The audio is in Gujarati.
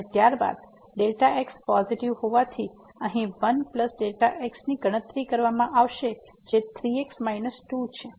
અને ત્યારબાદ Δ x પોઝીટીવ હોવાથી અહીં 1 Δ x ની ગણતરી કરવામાં આવશે જે 3x 2 છે